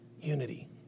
Unity